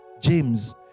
James